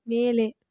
மேலே